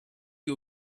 you